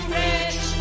rich